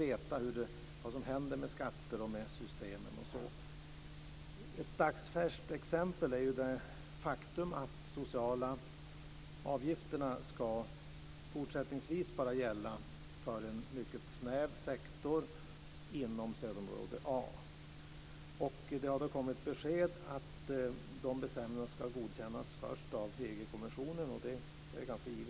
Ett dagsfärskt exempel är ju att reglerna om nedsättning av sociala avgifter fortsättningsvis bara ska gälla för en mycket snäv sektor inom stödområde A. Dessa bestämmelser ska först godkännas av EU kommissionen, och det är ganska givet.